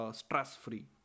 stress-free